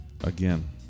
again